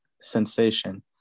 sensation